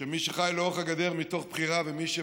שמי שחי לאורך הגדר מתוך בחירה ומי שהוא